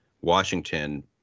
Washington